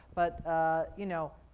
but you know,